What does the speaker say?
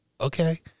Okay